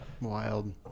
Wild